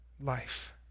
life